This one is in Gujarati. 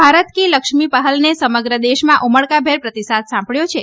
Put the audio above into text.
ભારત કી લક્ષ્મી પહેલને સમગ્ર દેશમાં ઉમળકાભેર પ્રતિસાદ સાંપડયો છે